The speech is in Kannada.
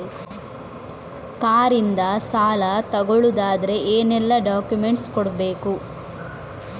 ಕಾರ್ ಇಂದ ಸಾಲ ತಗೊಳುದಾದ್ರೆ ಏನೆಲ್ಲ ಡಾಕ್ಯುಮೆಂಟ್ಸ್ ಕೊಡ್ಬೇಕು?